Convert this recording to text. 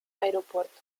aeropuerto